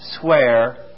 swear